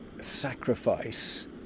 Sacrifice